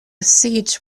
siege